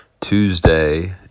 tuesday